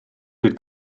did